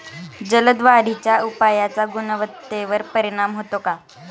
जलद वाढीच्या उपायाचा गुणवत्तेवर परिणाम होतो का?